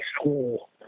school